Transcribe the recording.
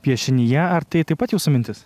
piešinyje ar tai taip pat jūsų mintis